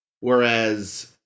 whereas